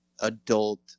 adult